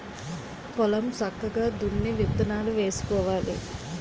పొలం సక్కగా దున్ని విత్తనాలు వేసుకోవాలి